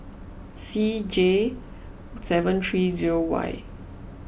C J seven three zero Y